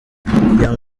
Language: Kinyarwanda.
young